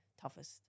toughest